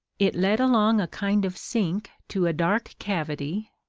it led along a kind of sink to a dark cavity,